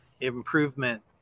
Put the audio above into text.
improvement